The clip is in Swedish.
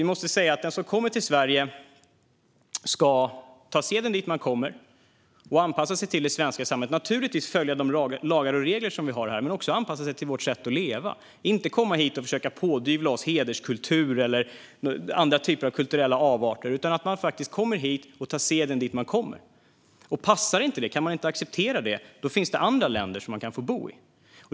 Vi måste säga att den som kommer till Sverige ska ta seden dit man kommer och anpassa sig till det svenska samhället. Man ska naturligtvis följa de lagar och regler som vi har här men också anpassa sig till vårt sätt att leva. Man ska inte komma hit och försöka pådyvla oss hederskultur eller andra typer av kulturella avarter. Man ska ta seden dit man kommer. Om det inte passar, om man inte kan acceptera det, finns det andra länder som man kan få bo i.